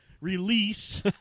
release